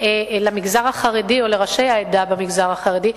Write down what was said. אל המגזר החרדי ולראשי העדה במגזר החרדי,